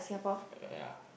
yea